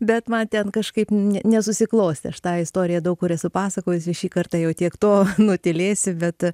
bet man ten kažkaip ne nesusiklostė aš tą istoriją daug kur esu pasakojusi šį kartą jau tiek to nutylėsiu bet